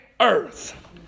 earth